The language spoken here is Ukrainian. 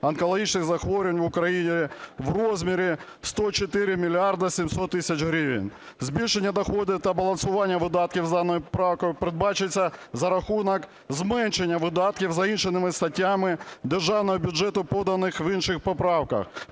онкологічних захворювань в Україні" в розмірі 104 мільярди 700 тисяч гривень. Збільшення доходів та балансування видатків за даною правкою передбачається за рахунок зменшення видатків за іншими статтями державного бюджету, поданих в інших поправках.